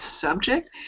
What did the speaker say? subject